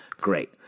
Great